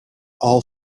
all